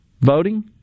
voting